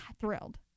thrilled